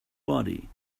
body